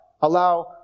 allow